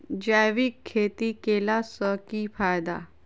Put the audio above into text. जैविक खेती केला सऽ की फायदा?